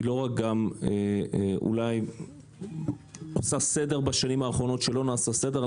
לא רק גם אולי עושה סדר בשנים האחרונות שלא נעשה סדר,